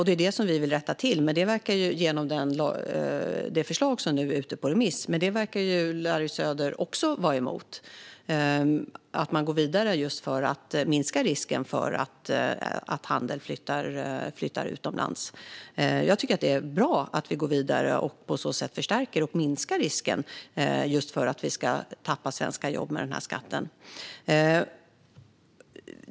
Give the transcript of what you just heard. Det här vill vi rätta till genom det förslag som nu är ute på remiss, men Larry Söder verkar vara emot även detta - att man går vidare för att minska risken för att handel flyttar utomlands. Jag tycker att det är bra att vi går vidare och förstärker så att risken minskar för att vi ska tappa svenska jobb med denna skatt.